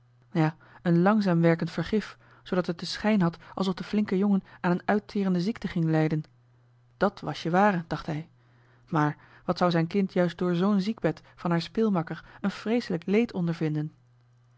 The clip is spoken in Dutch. ja een langzaam werkend vergif zoodat het den schijn had alsof de flinke jongen aan een uitterende ziekte ging lijden dàt was je ware dacht hij maar wat zou zijn kind juist door zoo'n ziekbed van haar speelmakker een vreeselijk leed ondervinden